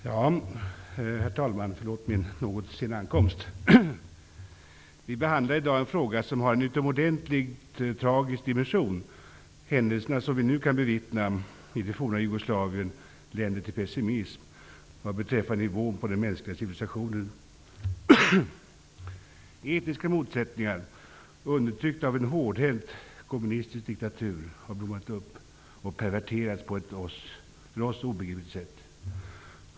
Herr talman! Förlåt min något sena ankomst. Vi behandlar i dag en fråga som har en utomordentligt tragisk dimension. Händelserna, som vi nu kan bevittna i det forna Jugoslavien, leder till pessimism vad beträffar nivån på den mänskliga civilisationen. Etniska motsättningar, undertryckta av en hårdhänt kommunistisk diktatur, har blommat upp och perverterats på ett för oss obegripligt sätt.